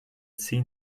seen